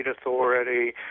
authority